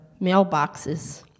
mailboxes